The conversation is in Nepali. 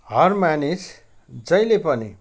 हर मानिस जहिले पनि